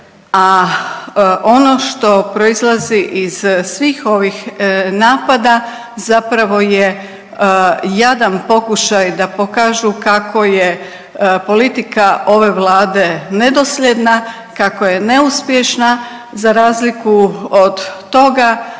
A ono što proizlazi iz svih ovih napada zapravo je jadan pokušaj da pokažu kako je politika ove Vlade nedosljedna, kako je neuspješna, za razliku od toga